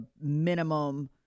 minimum